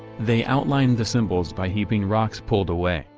they outlined the symbols by heaping rocks pulled away,